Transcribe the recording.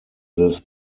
this